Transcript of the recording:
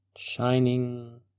Shining